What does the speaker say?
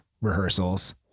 rehearsals